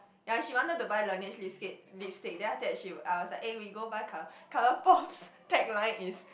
ya she wanted to buy Laneige lipstick~ lipstick then after that she I was like we go and buy colour Colorpop's tagline is